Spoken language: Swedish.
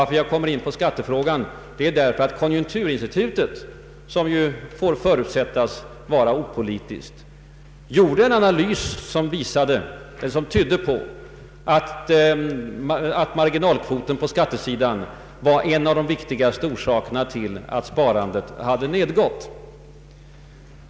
Att jag kom in på skattefrågan beror på att konjunkturinstitutet, som ju får förutsättas vara opolitiskt, gjort en analys som tyder på att marginalkvoten på skattesidan var en av de viktigaste orsakerna till att sparandet har nedgått.